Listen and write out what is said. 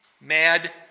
mad